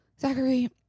Zachary